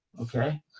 Okay